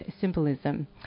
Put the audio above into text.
symbolism